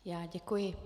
Já děkuji.